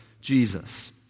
Jesus